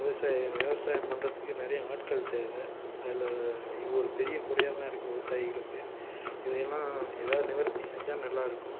விவசாயி விவசாயம் பண்ணுறதுக்கு நிறைய ஆட்கள் தேவை அதில் இது ஒரு பெரிய குறையாக தான் இருக்கு விவசாயிகளுக்கு இதையெல்லாம் ஏதாவது நிவர்த்தி செஞ்சால் நல்லா இருக்கும்